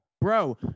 Bro